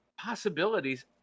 Possibilities